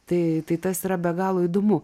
tai tas yra be galo įdomu